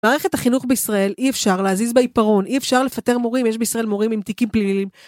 מערכת החינוך בישראל אי אפשר להזיז בעיפרון, אי אפשר לפטר מורים, יש בישראל מורים עם תיקים פליליים.